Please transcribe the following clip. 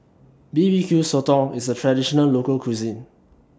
B B Q Sotong IS A Traditional Local Cuisine